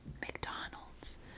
McDonald's